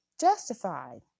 justified